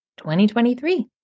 2023